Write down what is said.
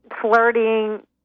flirting